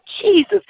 Jesus